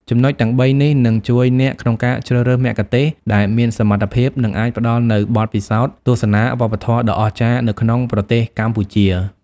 ចំណុចទាំងបីនេះនឹងជួយអ្នកក្នុងការជ្រើសរើសមគ្គុទ្ទេសក៍ដែលមានសមត្ថភាព និងអាចផ្តល់នូវបទពិសោធន៍ទស្សនាវប្បធម៌ដ៏អស្ចារ្យនៅក្នុងប្រទេសកម្ពុជា។